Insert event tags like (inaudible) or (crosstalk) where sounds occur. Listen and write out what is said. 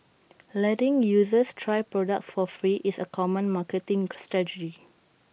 letting users try products for free is A common marketing (unintelligible) strategy